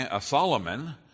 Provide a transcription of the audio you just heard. Solomon